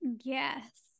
Yes